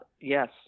Yes